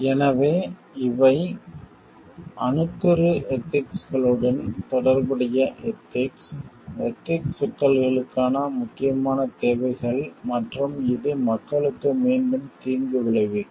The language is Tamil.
எனவே இவை அணுக்கரு எதிக்ஸ்களுடன் தொடர்புடைய எதிக்ஸ் எதிக்ஸ் சிக்கல்களுக்கான முக்கியமான தேவைகள் மற்றும் இது மக்களுக்கு மீண்டும் தீங்கு விளைவிக்கும்